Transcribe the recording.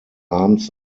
abends